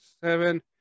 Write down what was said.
Seven